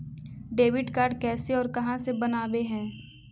Debit card कैसे और कहां से बनाबे है?